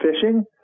fishing